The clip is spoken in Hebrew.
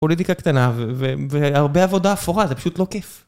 פוליטיקה קטנה והרבה עבודה אפורה, זה פשוט לא כיף.